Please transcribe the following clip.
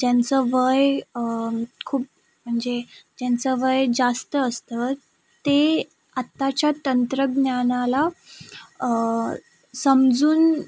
ज्यांचं वय खूप म्हणजे ज्यांचं वय जास्त असतं ते आत्ताच्या तंत्रज्ञानाला समजून